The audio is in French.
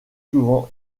souvent